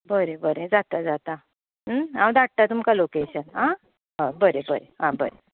बरें बरें जाता जाता हांव धाडटा तुमकां लोकेशन आं हय बरें बरें